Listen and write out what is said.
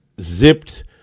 zipped